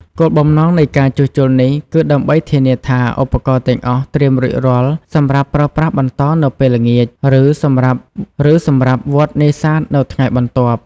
គោលបំណងនៃការជួសជុលនេះគឺដើម្បីធានាថាឧបករណ៍ទាំងអស់ត្រៀមរួចរាល់សម្រាប់ប្រើប្រាស់បន្តនៅពេលល្ងាច ឬសម្រាប់វដ្ដនេសាទនៅថ្ងៃបន្ទាប់។